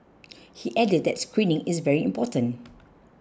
he added that screening is very important